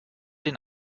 den